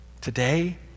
today